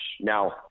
now